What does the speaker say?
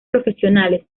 profesionales